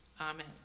Amen